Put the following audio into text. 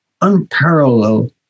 unparalleled